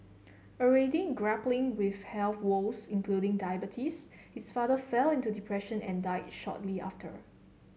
already grappling with health woes including diabetes his father fell into depression and die shortly after